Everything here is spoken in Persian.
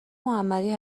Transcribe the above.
محمدی